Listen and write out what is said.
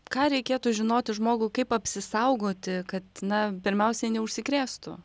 ką reikėtų žinoti žmogui kaip apsisaugoti kad na pirmiausiai neužsikrėstų